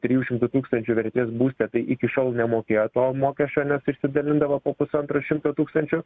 trijų šimtų tūkstančių vertės būste tai iki šiol nemokėjo to mokesčio nes išsidalindavo po pusantro šimto tūkstančių